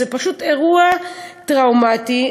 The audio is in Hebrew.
זה אירוע טראומטי.